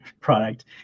product